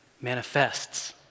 manifests